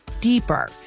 deeper